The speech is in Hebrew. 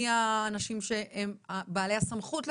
מי האנשים שהם בעלי הסמכות לפנות?